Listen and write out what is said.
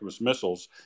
missiles